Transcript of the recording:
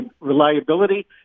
reliability